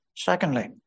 Secondly